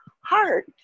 heart